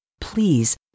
please